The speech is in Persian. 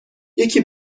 یکی